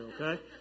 okay